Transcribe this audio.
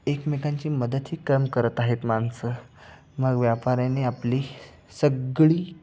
एकमेकांची मदतही कमी करत आहेत माणसं मग व्यापाराने आपली सगळी